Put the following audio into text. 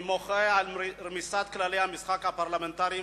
אני מוחה על רמיסת כללי המשחק הפרלמנטריים